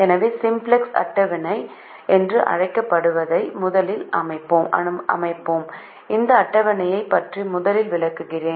எனவே சிம்ப்ளக்ஸ் அட்டவணை என்று அழைக்கப்படுவதை முதலில் அமைப்போம் இந்த அட்டவணையை பற்றி முதலில் விளக்குகிறேன்